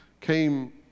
came